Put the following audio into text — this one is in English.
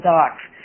Docs